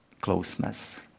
closeness